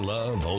Love